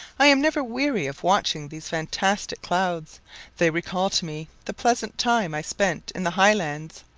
i am never weary of watching these fantastic clouds they recall to me the pleasant time i spent in the highlands,